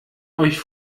euch